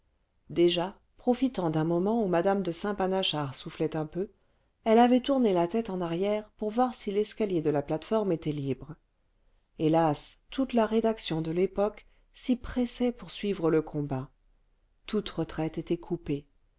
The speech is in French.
déjà profitant d'un moment où m de saint panachard soufflait un peu elle avait tourné la tête en arrière pour voir si l'escalier de la plate-forme était libre hélas toute la rédaction de yépoque s'y pressait pour suivre le combat toute retraite était coupée